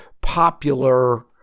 popular